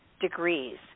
degrees